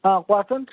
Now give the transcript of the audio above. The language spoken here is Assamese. অঁ কোৱাচোন